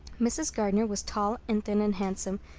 mrs. gardner was tall and thin and handsome,